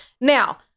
Now